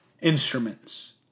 instruments